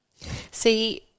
See